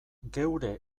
geure